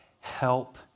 Help